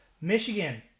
Michigan